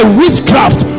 witchcraft